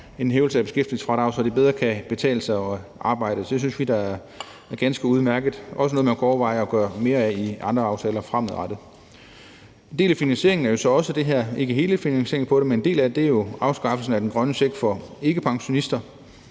en hævelse af beskæftigelsesfradraget, så det bedre kan betale sig at arbejde. Så det synes vi er ganske udmærket – også noget, man kunne overveje at gøre mere af i andre aftaler fremadrettet. En del af finansieringen – ikke hele finansieringen, men en del af den – er jo afskaffelsen af den grønne check for ikkepensionister.